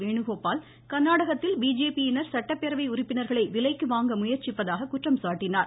வேணுகோபால் கர்நாடகத்தில் பிஜேபியினர் சட்டப்பேரவை உறுப்பினர்களை விலைக்கு வாங்க ஆட்சி மலர முயற்சிப்பதாக குற்றம் சாட்டினார்